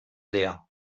leer